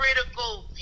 critical